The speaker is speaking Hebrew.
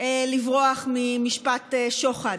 לברוח ממשפט שוחד,